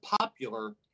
popular